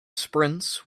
sprints